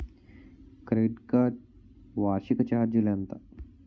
Credit card వార్షిక ఛార్జీలు ఎంత?